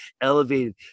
elevated